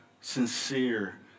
sincere